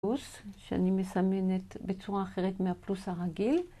שאני מסמנת בצורה אחרת מהפלוס הרגיל.